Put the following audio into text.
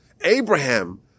Abraham